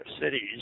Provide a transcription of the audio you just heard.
cities